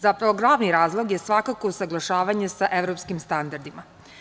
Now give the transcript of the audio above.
Zapravo, glavni razlog je svakako usaglašavanje sa evropskim standardima.